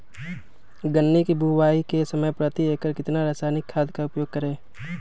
गन्ने की बुवाई के समय प्रति एकड़ कितना रासायनिक खाद का उपयोग करें?